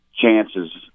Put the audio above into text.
Chances